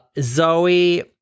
Zoe